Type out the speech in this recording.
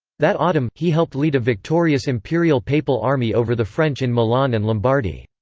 that autumn, he helped lead a victorious imperial-papal army over the french in milan and lombardy.